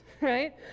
right